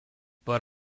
but